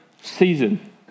season